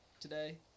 today